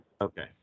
Okay